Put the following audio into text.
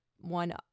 one